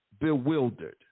bewildered